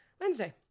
Wednesday